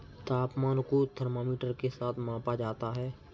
तापमान को थर्मामीटर के साथ मापा जाता है